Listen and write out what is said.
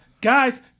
guys